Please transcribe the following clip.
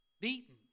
beaten